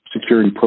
security